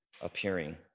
appearing